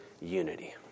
unity